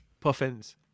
Puffins